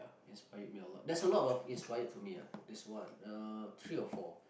inspired me a lot there's a lot of inspired for me ah there's what uh three or four